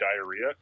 diarrhea